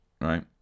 right